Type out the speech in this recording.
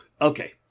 okay